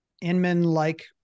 Inman-like